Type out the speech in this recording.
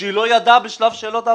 שהיא לא ידעה בשלב שאלות ההבהרה?